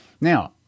Now